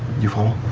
you follow?